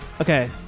Okay